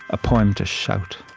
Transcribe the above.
a poem to shout.